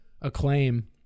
acclaim